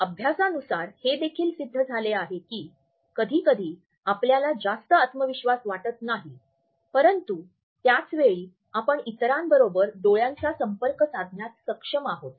अभ्यासानुसार हे देखील सिद्ध झाले आहे की कधीकधी आपल्याला जास्त आत्मविश्वास वाटत नाही परंतु त्याच वेळी आपण इतरांबरोबर डोळ्यांचा संपर्क साधण्यास सक्षम आहोत